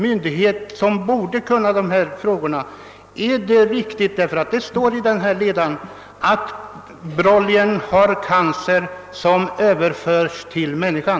myndighet som borde känna till saken: Är det riktigt — det påstås nämligen i Industrias ledare — att broilern har cancer som kan överföras till människan?